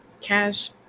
cash